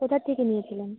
কোথা থেকে নিয়েছিলেন